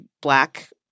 Black